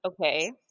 okay